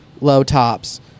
low-tops